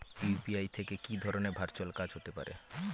UPI থেকে কি ধরণের ভার্চুয়াল কাজ হতে পারে?